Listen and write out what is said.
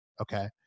Okay